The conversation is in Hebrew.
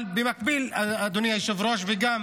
אבל במקביל, אדוני היושב-ראש, וגם